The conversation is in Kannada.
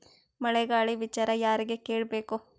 ಮಳೆ ಗಾಳಿ ವಿಚಾರ ಯಾರಿಗೆ ಕೇಳ್ ಬೇಕು?